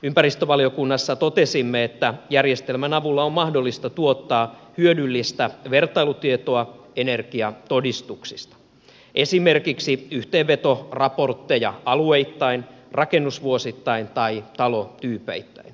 ympäristövaliokunnassa totesimme että järjestelmän avulla on mahdollista tuottaa hyödyllistä vertailutietoa energiatodistuksista esimerkiksi yhteenvetoraportteja alueittain rakennusvuosittain tai talotyypeittäin